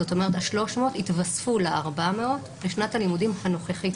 זאת אומרת ה-300 התווספו ל-400 בשנת הלימודים הנוכחית,